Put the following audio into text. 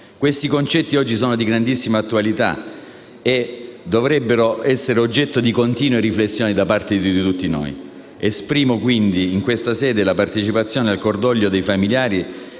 Questi concetti oggi sono di grandissima attualità e dovrebbero essere oggetto di continue riflessioni da parte di tutti noi. Esprimo quindi in questa sede la partecipazione al cordoglio dei familiari